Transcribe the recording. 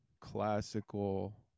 classical